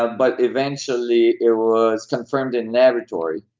ah but eventually it was confirmed in laboratory.